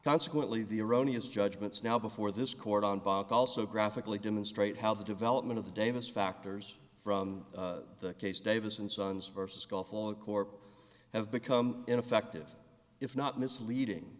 consequently the erroneous judgments now before this court on bach also graphically demonstrate how the development of the davis factors from the case davis and sons versus call for core have become ineffective if not misleading